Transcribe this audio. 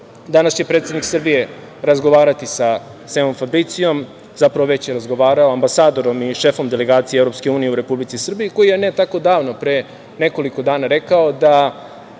danas će predsednik Srbije razgovarati sa Semom Fabriciom, zapravo već je razgovarao, ambasadorom i šefom Delegacije EU u Republici Srbiji, koji je ne tako davno pre nekoliko dana rekao da